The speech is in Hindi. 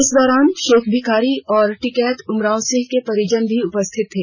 इस दौरान शेख भिखारी और टिकैत उमराव सिंह के परिजन भी उपस्थित थे